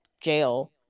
jail